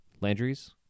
Landry's